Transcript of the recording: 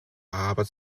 aber